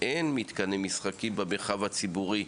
אין מתקני משחקים במרחב הציבורי.